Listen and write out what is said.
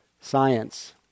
science